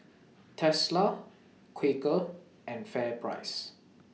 Tesla Quaker and FairPrice